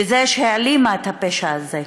בזה שהעלימה את הפשע הזה,